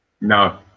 No